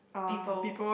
people